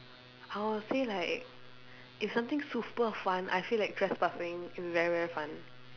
I would say like if something super fun I feel like trespassing is very very fun